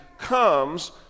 comes